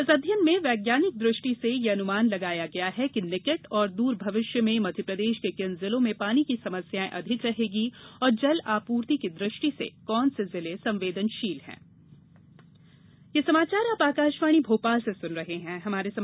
इस अध्ययन में वैज्ञानिक दृष्टि से यह अनुमान लगाया गया है कि निकट और दूर भविष्य में मध्यप्रदेश के किन जिलों में पानी की समस्याएँ अधिक रहेगी और जल आपूर्ति की दृष्टि से कौन से जिले संवेदनशील रहेंगे